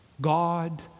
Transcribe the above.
God